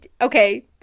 Okay